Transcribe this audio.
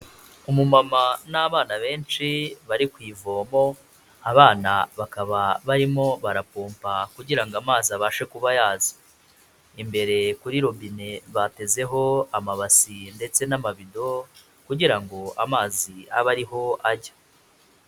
Umumama n'abana benshi bari ku ivomo, abana bakaba barimo barapompa kugira ngo amazi abashe kuba yaza. Imbere kuri robine batezeho amabasi ndetse n'amabido, kugira ngo amazi abe ariho ajya.